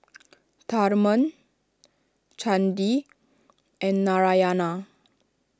Tharman Chandi and Narayana